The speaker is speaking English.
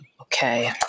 Okay